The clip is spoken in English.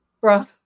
bro